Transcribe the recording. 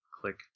click